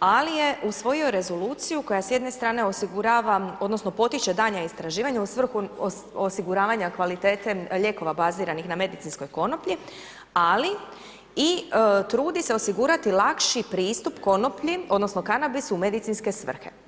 ali je usvojio rezoluciju koja s jedne strane osigurava odnosno potiče daljnja istraživanja u svrhu osiguravanja kvalitete lijekova baziranih na medicinskoj konoplji, ali i trudi se osigurati lakši pristup konoplji odnosno kanabisu u medicinske svrhe.